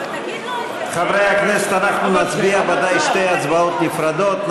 חברי הכנסת, אנחנו נצביע בשתי הצבעות נפרדות.